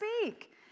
speak